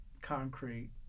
concrete